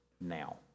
now